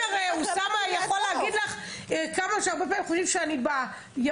שאוסאמה יכול להגיד לך כמה שהרבה פעמים חושבים שאני בימין